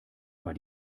war